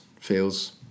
feels